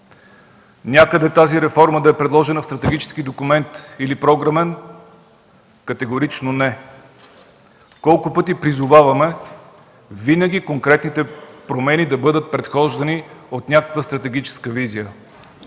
Някъде тази реформа да е предложена в стратегически или програмен документ? Категорично не! Колко пъти призоваваме винаги конкретните промени да бъдат предхождани от някаква стратегическа визия?